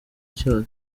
yose